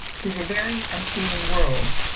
tis a very unfeeling world,